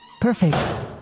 Perfect